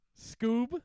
scoob